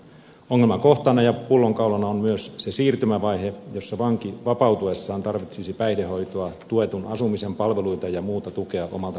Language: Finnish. ongelmakohtana ja pullonkaulana on myös se siirtymävaihe jossa vanki vapautuessaan tarvitsisi päihdehoitoa tuetun asumisen palveluita ja muuta tukea omalta kotikunnaltaan